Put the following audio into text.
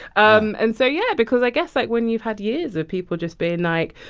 um and so, yeah, because i guess, like, when you've had years of people just being like,